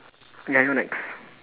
ya you're next